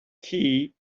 key